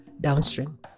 downstream